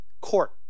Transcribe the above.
Court